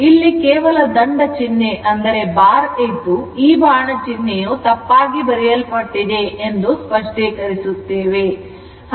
ಇಲ್ಲಿ ಕೇವಲ ದಂಡಚಿಹ್ನೆ ಇದ್ದು ಈ ಬಾಣ ಚಿಹ್ನೆಯು ತಪ್ಪಾಗಿ ಬರೆಯಲ್ಪಟ್ಟಿದೆ ಎಂದು ಸ್ಪಷ್ಟೀಕರಿಸುತ್ತದೆ